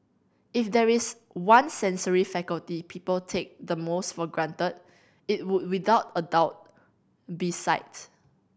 if there is one sensory faculty people take the most for granted it would without a doubt be sight